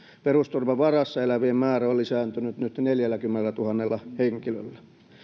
perusturvan varassa elävien määrä on lisääntynyt nyt neljälläkymmenellätuhannella henkilöllä